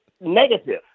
negative